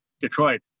Detroit